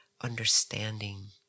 understanding